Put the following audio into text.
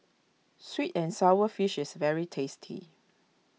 Sweet and Sour Fish is very tasty